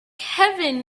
heaven